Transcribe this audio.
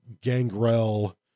gangrel